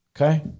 Okay